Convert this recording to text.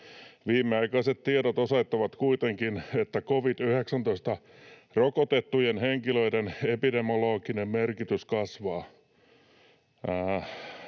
Viimeaikaiset tiedot osoittavat kuitenkin, että covid-19-rokotettujen henkilöiden epidemiologinen merkitys kasvaa.